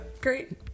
great